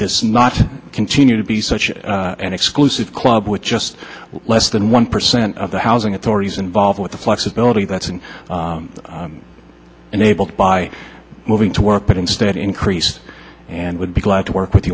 this not continue to be such an exclusive club with just less than one percent of the housing authorities involved with the flexibility that's been enabled by moving to work but instead increased and would be glad to work with